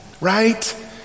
right